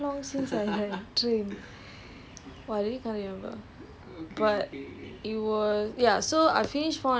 P_B ah !wah! I can't remember sia it's been damn long since I had trained